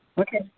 Okay